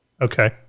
Okay